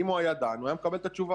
אם הוא היה דן, הוא היה מקבל את התשובה.